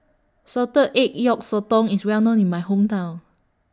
Salted Egg Yolk Sotong IS Well known in My Hometown